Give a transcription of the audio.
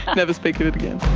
never speak of it again.